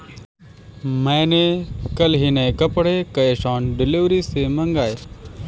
मैंने कल ही नए कपड़े कैश ऑन डिलीवरी से मंगाए